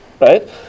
Right